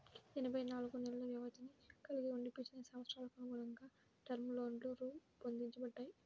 ఎనభై నాలుగు నెలల వ్యవధిని కలిగి వుండి బిజినెస్ అవసరాలకనుగుణంగా టర్మ్ లోన్లు రూపొందించబడ్డాయి